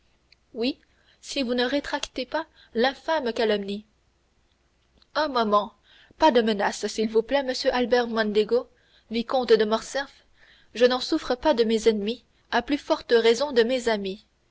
oui si vous ne rétractez pas l'infâme calomnie un moment pas de menaces s'il vous plaît monsieur albert mondego vicomte de morcerf je n'en souffre pas de mes ennemis à plus forte raison de mes amis